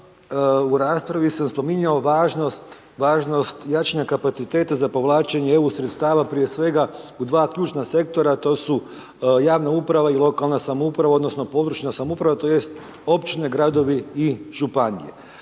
u raspravi sam spominjao važnost jačanja kapaciteta za povlačenje EU sredstava, prije svega u dva ključna sektora, a to su javna uprava i lokalne samouprava, odnosno područna samouprava, tj. općine, gradovi i županije.